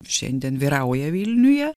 šiandien vyrauja vilniuje